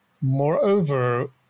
moreover